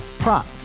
Prop